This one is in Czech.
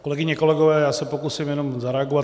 Kolegyně, kolegové, já se pokusím jenom zareagovat.